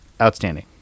Outstanding